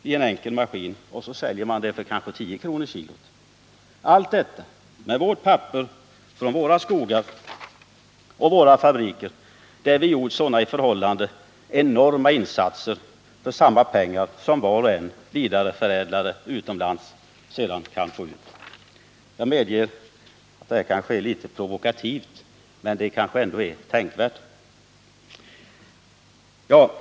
Detta pappers maskin, och så säljer man det för kanske 10 kr. per kilo. Det papper som kom från våra skogar och från våra fabriker och som vi har gjort sådana enorma insatser för att framställa får vi inte ut mera för än vad en utländsk dlare kan f. Mitt exempel kan tyckas vara litet provokativt. men det kanske ändå är tänkvärt.